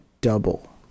double